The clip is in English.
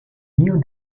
knew